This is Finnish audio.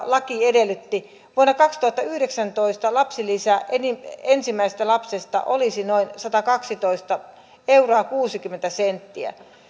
laki edellytti vuonna kaksituhattayhdeksäntoista lapsilisä ensimmäisestä lapsesta olisi noin satakaksitoista euroa kuusikymmentä senttiä